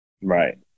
Right